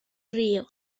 río